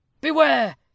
Beware